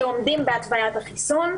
שעומדים בהתוויית החיסון,